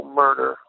murder